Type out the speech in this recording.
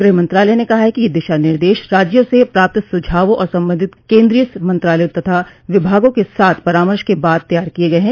गृह मंत्रालय ने कहा है कि ये दिशा निर्देश राज्यों से प्राप्त सुझावों और संबंधित केंद्रीय मंत्रालयों तथा विभागों के साथ परामर्श के बाद तैयार किए गए हैं